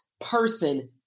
person